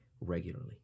regularly